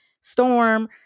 Storm